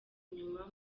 inyuma